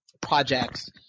projects